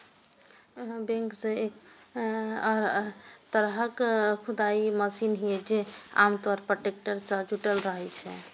backhoe एक तरहक खुदाइ मशीन छियै, जे आम तौर पर टैक्टर सं जुड़ल रहै छै